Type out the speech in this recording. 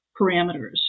parameters